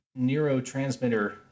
neurotransmitter